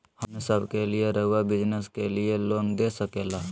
हमने सब के लिए रहुआ बिजनेस के लिए लोन दे सके ला?